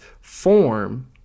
form